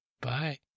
bye